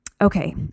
Okay